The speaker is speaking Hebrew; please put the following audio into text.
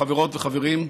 חברות וחברים,